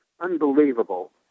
Unbelievable